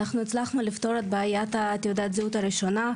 אנחנו הצלחנו לפתור את בעיית תעודת הזהות הראשונה.